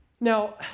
now